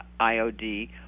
IOD